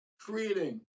creating